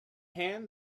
hand